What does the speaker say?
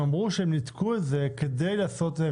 הם אמרו שהם ניתקו את זה כדי לעשות את